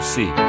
See